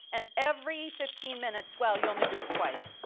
and every fifteen minutes well, you only do it twice.